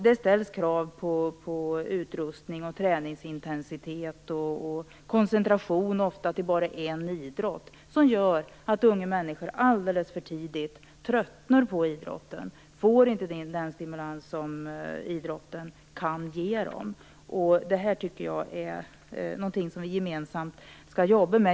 Det ställs krav på utrustning, träningsintensitet och ofta koncentration till bara en idrott, vilket gör att unga människor alldeles för tidigt tröttnar på idrotten och inte får den stimulans som idrotten kan ge dem. Jag tycker att det här är någonting som vi gemensamt skall jobba med.